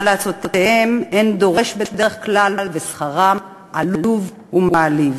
אבל להצעותיהם אין דורש בדרך כלל ושכרם עלוב ומעליב.